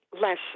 less